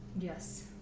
Yes